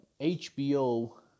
HBO